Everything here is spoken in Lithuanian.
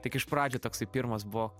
tik iš pradžių toksai pirmas buvo